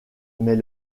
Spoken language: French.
mais